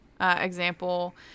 Example